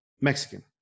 Mexican